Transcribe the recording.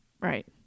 right